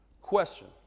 Question